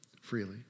freely